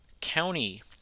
county